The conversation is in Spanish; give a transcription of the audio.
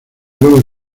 luego